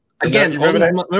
again